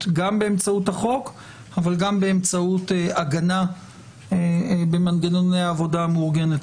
גם באמצעות החוק אבל גם באמצעות הגנה במנגנון העבודה המאורגנת.